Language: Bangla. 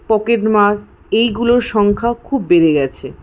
পকেটমার এইগুলোর সংখ্যা খুব বেড়ে গেছে